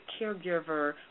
caregiver